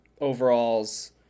overalls